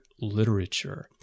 literature